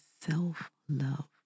self-love